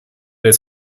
his